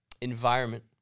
environment